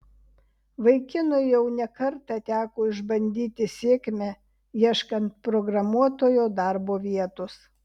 vaikinui jau ne kartą teko išbandyti sėkmę ieškant programuotojo darbo vietos